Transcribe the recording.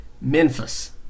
Memphis